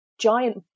giant